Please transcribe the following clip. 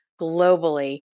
globally